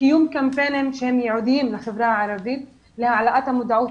קיום קמפיינים ייעודיים לחברה הערבית להעלאת המודעות